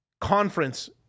conference